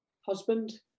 husband